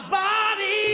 body